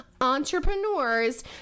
entrepreneurs